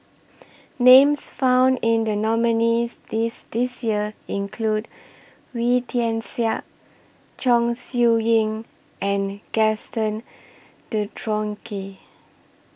Names found in The nominees' list This Year include Wee Tian Siak Chong Siew Ying and Gaston Dutronquoy